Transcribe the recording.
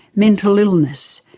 mental illness,